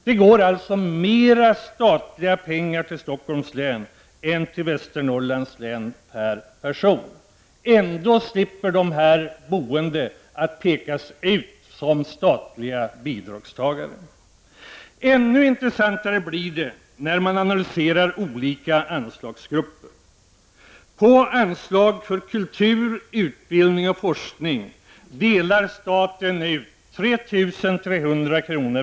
Det går alltså mer statliga pengar till Stockholms län än till Västernorrlands län räknat per person. Ändå slipper de som bor i Stockholms län pekas ut som bidragstagare. Ännu intressantare blir det när man analyserar olika anslagsgrupper. Av anslagen för kultur, utbildning och forskning delar staten ut 3 300 kr.